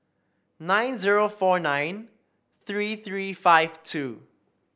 nine zero four nine three three five two